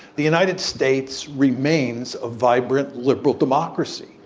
the united states remains a vibrant liberal democracy.